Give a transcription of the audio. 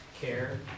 care